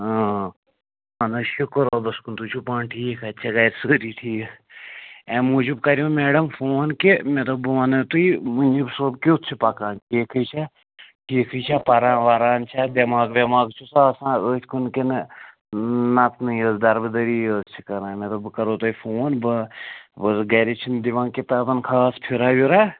اہن حظ شُکُر رۄبَس کُن تُہۍ چھُو پانہٕ ٹھیٖک اَتہِ چھےٚ گرِ سٲری ٹھیٖک اَمۍ موٗجوٗب کریو میڈَم فون کہِ مےٚ دوٚپ بہٕ وَنو تُہہِ مُنیٖب صٲب کیُتھ چھُ پکان ٹھیٖکھٕے چھےٚ ٹھیٖکھٕے چھےٚ پَران وَران چھےٚ دٮ۪ماغ وٮ۪ماغ چھُسہٕ آسان أتھۍ کُن کِنہٕ نَژنٕے یٲژ دَربٕدٔری یٲژ چھِ کران مےٚ دوٚپ بہٕ کرو تۄہہِ فون بہٕ گرِ چھِنہٕ دِوان کِتابَن خاص پھیُرا ویُرا